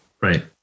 right